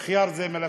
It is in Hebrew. ח'יאר זה מלפפונים.